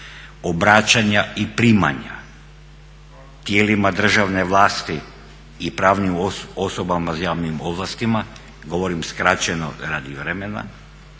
obraćanja i primanja tijelima državne vlasti i pravnim osobama s javnim ovlastima, govorim skraćeno radi vremena,